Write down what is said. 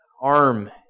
arm